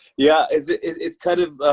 yeah, it's it's kind of